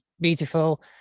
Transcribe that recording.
beautiful